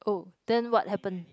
oh then what happened